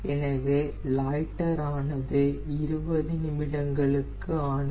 எனவே லாய்டர் ஆனது 20 நிமிடங்களுக்கு ஆனது